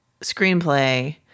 screenplay